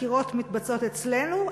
החקירות מתבצעות אצלנו,